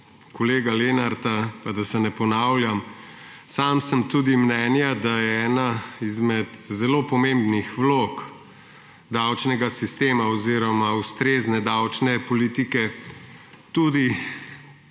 kolega Lenarta, pa da se ne ponavljam, sam sem tudi mnenja, da je ena izmed zelo pomembnih vlog davčnega sistema oziroma ustrezne davčne politike tudi